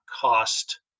cost